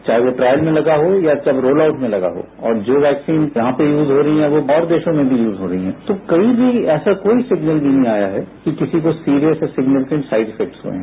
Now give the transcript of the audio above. चाहे वो ट्रायल में लगा हो या वो रोल आउट में लगा हो और जो वैक्सीन यहां पर यूज हो रही हैं वो और देशों में भी यूज हो रही हैं तो कहीं भी ऐसा कोई सिग्नल भी नहीं आया है कि किसी को serious and significant side effect हुए हैं